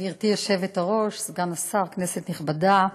גברתי היושבת-ראש, סגן השר, כנסת נכבדה,